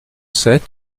sept